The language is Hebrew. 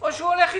או הולך אתכם,